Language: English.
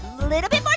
little bit but